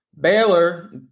Baylor